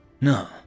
No